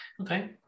Okay